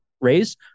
raise